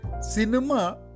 Cinema